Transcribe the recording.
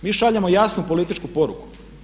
Mi šaljemo jasnu političku poruku.